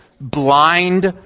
blind